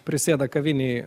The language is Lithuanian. prisėda kavinėj